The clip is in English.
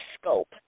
scope